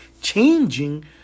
changing